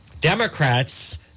Democrats